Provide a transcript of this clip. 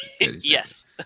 Yes